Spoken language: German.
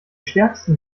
stärksten